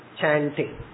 chanting